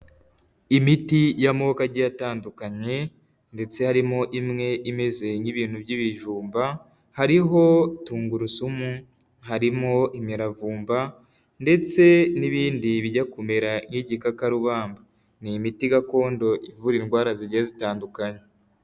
Imiti y'amoko ajyiye atandukanye, ndetse harimo imwe imeze nk'ibintu by'ibijumba, hariho tungurusumu, harimo imiravumba, ndetse n'ibindi bijya kumera nk'igikakarubamba. Ni imiti gakondo ivura indwara zigiye zitandukanye.